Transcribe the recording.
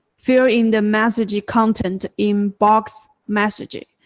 fill in the message content in box message,